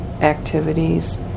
activities